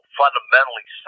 fundamentally